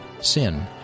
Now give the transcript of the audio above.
sin